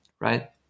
right